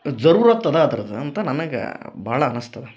ಜರುರತ್ ಅದ ಅದ್ರದ್ದು ಅಂತ ನನಗ ಭಾಳ ಅನಸ್ತದ